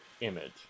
image